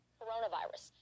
coronavirus